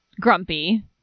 grumpy